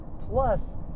Plus